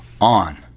on